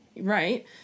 Right